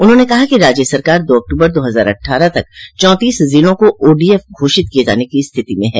उन्होंने कहा कि राज्य सरकार दो अक्टूबर दो हजार अट्ठारह तक चौंतीस जिलों को ओडोएफ घोषित किये जाने की स्थिति में हैं